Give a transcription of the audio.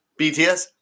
BTS